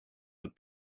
het